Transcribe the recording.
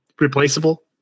replaceable